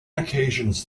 occasions